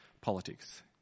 politics